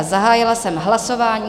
Zahájila jsem hlasování.